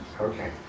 Okay